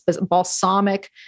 balsamic